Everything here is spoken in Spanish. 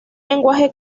lenguaje